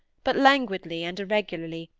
but languidly and irregularly,